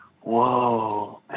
Whoa